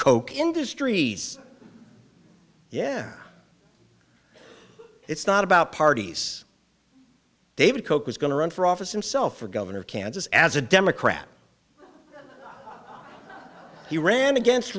koch industries yeah it's not about parties david koch was going to run for office and sell for governor of kansas as a democrat he ran against